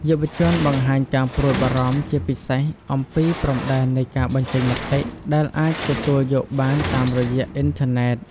យុវជនបង្ហាញការព្រួយបារម្ភជាពិសេសអំពីព្រំដែននៃការបញ្ចេញមតិ ដែលអាចទទួលយកបានតាមរយះអ៊ីនធឺណិត។